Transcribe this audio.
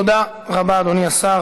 תודה רבה, אדוני השר.